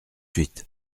suite